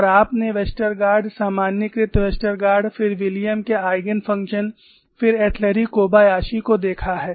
और आपने वेस्टरगार्ड सामान्यीकृत वेस्टरगार्ड फिर विलियम के ईगन फ़ंक्शन फिर एटलुरी कोबायाशी को देखा है